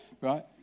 right